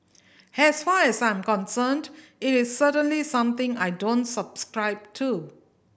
has far as I'm concerned it is certainly something I don't subscribe to